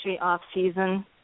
off-season